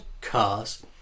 cars